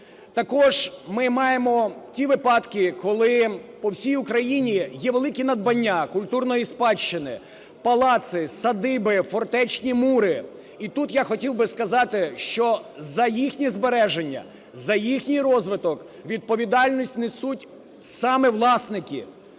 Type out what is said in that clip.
Також ми маємо ті випадки, коли по всій Україні великі надбання культурної спадщини, палаци, садиби, фортечні мури. І тут я хотів би сказати, що за їхнє збереження, за їхній розвиток відповідальність несуть саме власники.